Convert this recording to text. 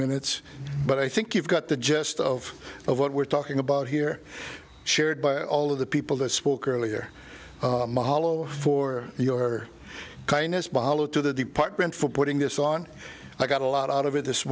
minutes but i think you've got the gist of what we're talking about here shared by all of the people that spoke earlier malo for your kindness bhalo to the department for putting this on i got a lot out of it this